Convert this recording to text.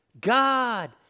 God